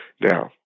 Now